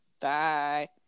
Bye